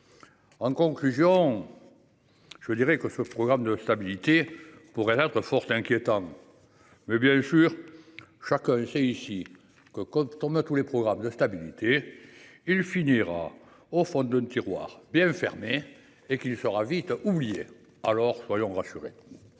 En conclusion. Je dirais que ce programme de stabilité pour être fort inquiétant. Mais bien sûr. Chacun sait ici que compte qu'on a tous les programmes de stabilité, il finira au fond de l'eau tiroir bien fermée et qu'il fera vite oublier. Alors soyons rassuré.